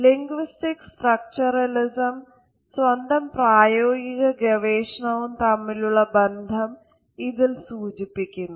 linguistic സ്ട്രക്ച്ചറലിസവും സ്വന്തം പ്രയോഗിക ഗവേഷണവും തമ്മിലുള്ള ബന്ധം ഇതിൽ സൂചിപ്പിക്കുന്നു